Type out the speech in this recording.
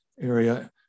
area